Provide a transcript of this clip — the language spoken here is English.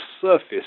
surface